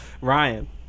Ryan